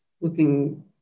looking